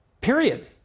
period